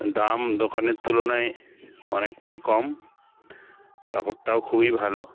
দাম দোকানের তুলনায় অনেকটাই কম কাপড়টাও খুবই ভালো